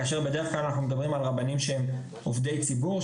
כאשר בדרך כלל אנחנו מדברים על רבנים שהם עובדי ציבור,